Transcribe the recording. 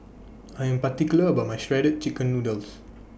I Am particular about My Shredded Chicken Noodles